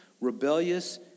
rebellious